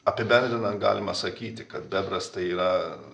apibendrinant galima sakyti kad bebras tai yra